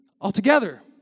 altogether